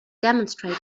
demonstrate